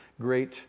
great